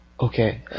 Okay